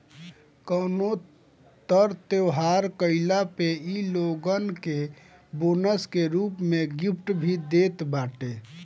कवनो तर त्यौहार आईला पे इ लोगन के बोनस के रूप में गिफ्ट भी देत बाटे